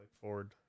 forward